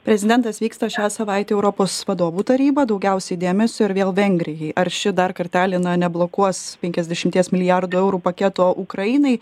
prezidentas vyksta šią savaitę į europos vadovų tarybą daugiausiai dėmesio ir vėl vengrijai ar ši dar kartelį neblokuos penkiasdešimties milijardų eurų paketo ukrainai